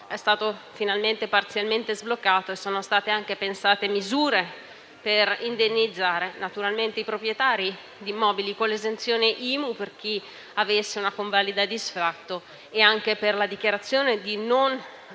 È stato finalmente parzialmente sbloccato e sono state anche pensate misure per indennizzare i proprietari di immobili con l'esenzione IMU per chi avesse una convalida di sfratto e per la dichiarazione di non tassazione